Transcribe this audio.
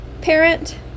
parent